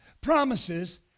promises